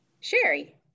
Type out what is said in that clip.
Sherry